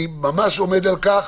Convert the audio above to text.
אני ממש עומד על כך